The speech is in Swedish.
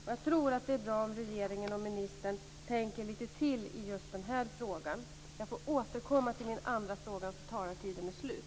Det vore bra om regeringen och ministern tänkte efter lite till i just den här frågan. Jag får återkomma till min andra fråga eftersom talartiden är slut.